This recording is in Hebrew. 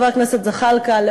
חבר הכנסת זחאלקה,